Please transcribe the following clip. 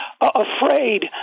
afraid